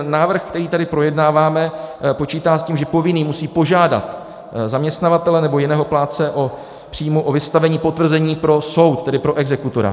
Návrh, který tady projednáváme, počítá s tím, že povinný musí požádat zaměstnavatele nebo jiného plátce příjmu o vystavení potvrzení pro soud, tedy pro exekutora.